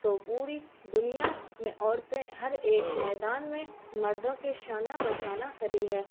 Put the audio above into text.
تو پوری دنیا میں عورتیں ہر ایک میدان میں مردوں کے شانہ بہ شانہ کھڑی ہے